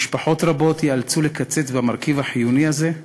משפחות רבות ייאלצו לקצץ במרכיב החיוני הזה.